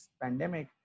pandemic